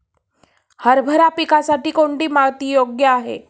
हरभरा पिकासाठी कोणती माती योग्य आहे?